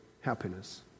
happiness